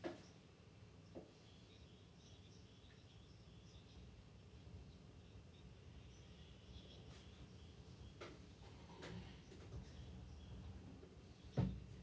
oh